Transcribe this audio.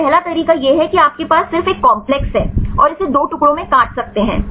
तो पहला तरीका यह है कि आप के पास सिर्फ एक काम्प्लेक्स है और इसे 2 टुकड़ों में काट सकते हैं